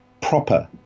proper